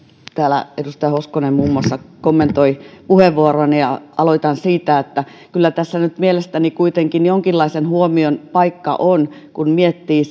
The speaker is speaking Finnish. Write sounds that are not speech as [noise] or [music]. täällä edustaja hoskonen muun muassa kommentoi puheenvuoroani ja aloitan siitä että kyllä tässä nyt mielestäni kuitenkin jonkinlaisen huomion paikka on kun miettii [unintelligible]